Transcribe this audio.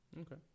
Okay